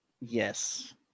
Yes